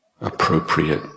appropriate